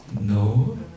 no